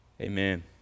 Amen